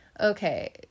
okay